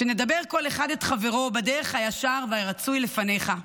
ושנדבר כל אחד את חברו בדרך הישר והרצוי לפניך,